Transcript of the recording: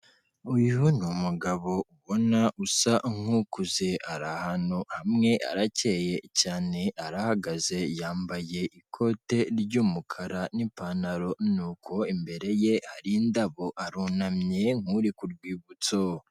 Uyu ni umugabo ubona usa nk'ukuze, ari ahantu hamwe, arakeye cyane, arahagaze, yambaye ikote ry'umukara, n'ipantaro, nuko imbere ye hari indabo, arunamye nk'uri ku rwibutso.